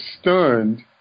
stunned